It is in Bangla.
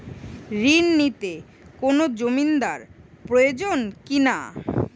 ঋণ নিতে কোনো জমিন্দার প্রয়োজন কি না?